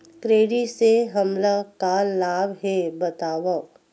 Credit से हमला का लाभ हे बतावव?